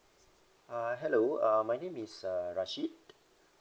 uh hello uh my name is uh rashid